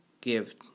give